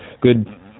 good